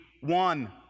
one